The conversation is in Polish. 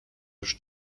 już